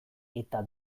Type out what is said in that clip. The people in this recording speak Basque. eta